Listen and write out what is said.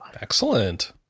Excellent